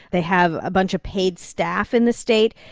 they have a bunch of paid staff in the state.